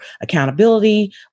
accountability